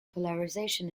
polarization